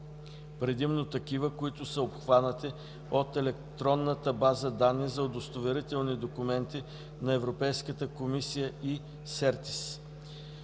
предимно такива, които са обхванати от електронната база данни за удостоверителни документи на Европейската комисия „е-Сertis”.